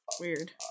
weird